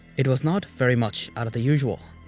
it was not very much out of the usual.